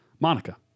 Monica